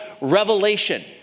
Revelation